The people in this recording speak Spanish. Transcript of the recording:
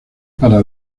para